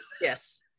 Yes